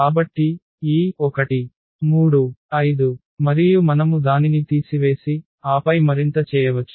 కాబట్టి ఈ మరియు మనము దానిని తీసివేసి ఆపై మరింత చేయవచ్చు